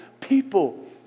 people